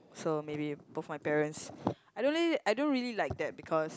so maybe both my parents I only I don't really like that because